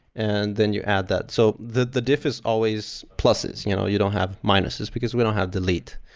and then you add that. so the the diff is always pluses. you know you don't have minuses because we don't have delete.